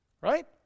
right